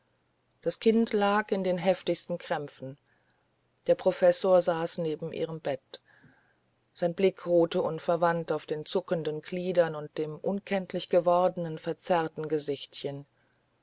das kind lag in den heftigsten krämpfen der professor saß neben dem bett sein blick ruhte unverwandt auf den zuckenden gliedern und dem unkenntlich gewordenen verzerrten gesichtchen